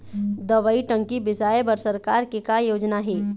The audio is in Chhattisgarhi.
दवई टंकी बिसाए बर सरकार के का योजना हे?